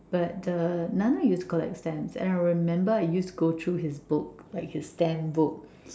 but the Nana used to collect stamps and I remember I used to go through his book like his stamp book